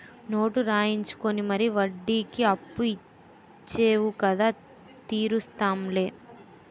note రాయించుకుని మరీ వడ్డీకి అప్పు ఇచ్చేవు కదా తీరుస్తాం లే